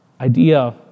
idea